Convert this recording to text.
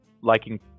liking